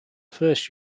first